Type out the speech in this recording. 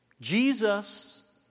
Jesus